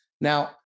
Now